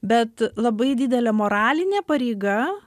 bet labai didelė moralinė pareiga